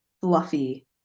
fluffy